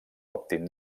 òptim